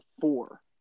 four